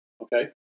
Okay